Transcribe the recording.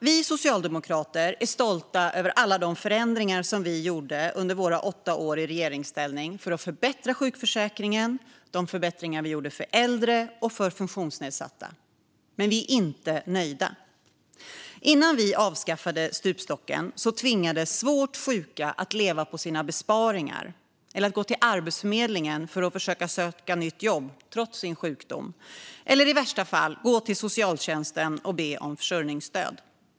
Vi socialdemokrater är stolta över alla de förändringar som vi gjorde under våra åtta år i regeringsställning för att förbättra sjukförsäkringen, för äldre och för funktionsnedsatta. Men vi är inte nöjda. Innan vi avskaffade stupstocken tvingades svårt sjuka att leva på sina besparingar, att gå till Arbetsförmedlingen för att försöka söka nytt arbete - trots sin sjukdom - eller i värsta fall gå till socialtjänsten och be om försörjningsstöd.